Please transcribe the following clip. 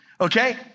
Okay